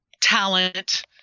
talent